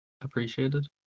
appreciated